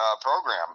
program